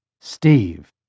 Steve